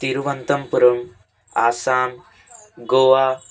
Thiruvananthapuram Assam Goa